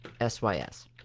sys